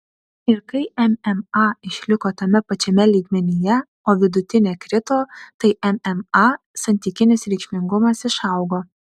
ir kai mma išliko tame pačiame lygmenyje o vidutinė krito tai mma santykinis reikšmingumas išaugo